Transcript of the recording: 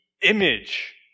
image